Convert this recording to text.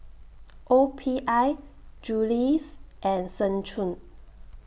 O P I Julie's and Seng Choon